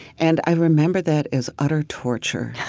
and i remember that as utter torture,